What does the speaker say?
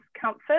comfort